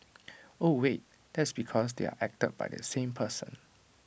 oh wait that's because they're acted by the same person